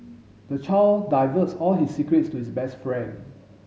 the child divulged all his secrets to his best friend